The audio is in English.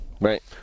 Right